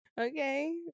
Okay